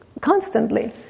constantly